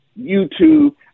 YouTube